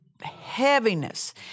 heaviness